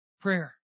Prayer